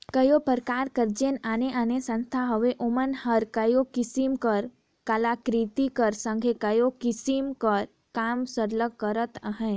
कइयो परकार कर जेन आने आने संस्था हवें ओमन हर कइयो किसिम कर कलाकृति कर संघे कइयो किसिम कर काम सरलग करत अहें